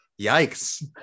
Yikes